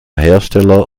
hersteller